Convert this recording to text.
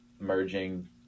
merging